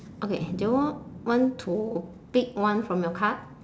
okay do you wa~ want to pick one from your card